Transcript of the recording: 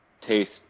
taste